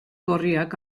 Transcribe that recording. gorriak